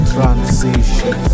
Transition